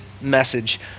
message